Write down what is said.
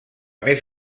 més